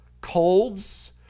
colds